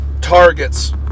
targets